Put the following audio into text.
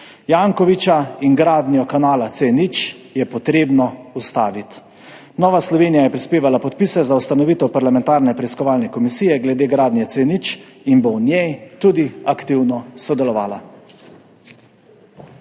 Jankovića in gradnjo kanala C0 je treba ustaviti. Nova Slovenija je prispevala podpise za ustanovitev parlamentarne preiskovalne komisije glede gradnje C0 in bo v njej tudi aktivno sodelovala.